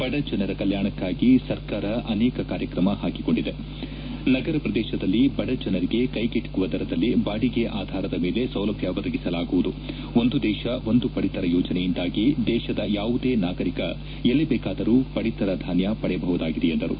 ಬದ ಜನರ ಕಲ್ಯಾಣಕ್ಕಾಗಿ ಸರ್ಕಾರ ಅನೇಕ ಕಾರ್ಯಕ್ರಮ ಹಾಕಿಕೊಂಡಿದೆ ನಗರ ಪ್ರದೇಶದಲ್ಲಿ ಬಡ ಜನರಿಗೆ ಕೈಗೆಟುಕುವ ದರದಲ್ಲಿ ಬಾಡಿಗೆ ಆಧಾರದ ಮೇಲೆ ಸೌಲಭ್ಯ ಒದಗಿಸಲಾಗುವುದು ಒಂದು ದೇಶ ಒಂದು ಪಡಿತರ ಯೋಜನೆಯಿಂದಾಗಿ ದೇಶದ ಯಾವುದೇ ನಾಗರಿಕ ಎಲ್ಲಿ ಬೇಕಾದರೂ ಪಡಿತರ ಧಾನ್ಯ ಪಡೆಯಬಹುದಾಗಿದೆ ಎಂದರು